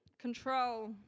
control